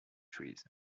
trees